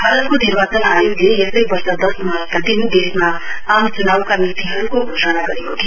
भारतको निर्वाचन आयोगले यसै वर्ष दश मार्चका दिन देशमा आम चुनाउका मितिहरूको घोषणा गरेको थियो